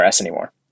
anymore